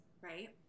right